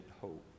hope